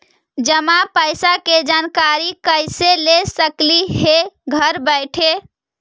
जमा पैसे के जानकारी कैसे ले सकली हे घर बैठे?